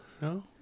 No